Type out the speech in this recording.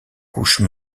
couches